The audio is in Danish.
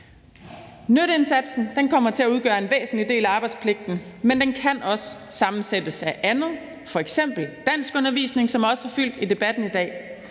Nytteindsatsen kommer til at udgøre en væsentlig del af arbejdspligten, men den kan også sammensættes af andet, f.eks. danskundervisning, som også har fyldt i debatten i dag.